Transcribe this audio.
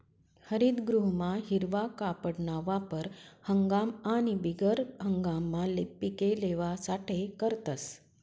हरितगृहमा हिरवा कापडना वापर हंगाम आणि बिगर हंगाममा पिके लेवासाठे करतस